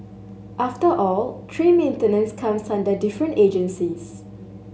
after all tree maintenance comes under different agencies